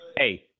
Hey